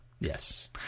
Yes